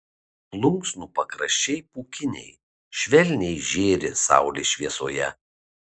plunksnų pakraščiai pūkiniai švelniai žėri saulės šviesoje